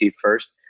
first